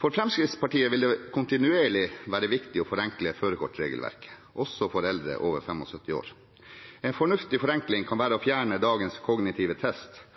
For Fremskrittspartiet vil det kontinuerlig være viktig å forenkle førerkortregelverket, også for eldre over 75 år. En fornuftig forenkling kan være å fjerne dagens kognitive test